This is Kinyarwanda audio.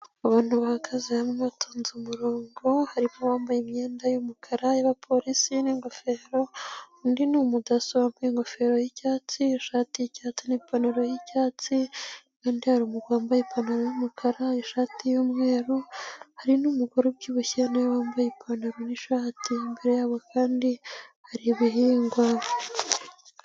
Abantu bahagaze hamwe batonze umurongo, harimo wambaye imyenda y'umukara yabarebapolisi ningofero undi ni umudaso wambaye ingofero yicyatsi nishaticyatsi ni ipantaro y'icyatsi kandi hari umugabo wambaye ipantaro y'umukara ishati y'umweru hari n'umugore ubyibushye nabi wambaye ipantaro nishati imbere yabo kandi hari ibihingwa.